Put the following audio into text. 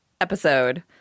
episode